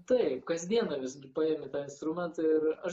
taip kasdieną visgi paėmi tą instrumentą ir aš